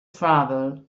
travel